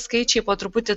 skaičiai po truputį